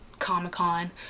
comic-con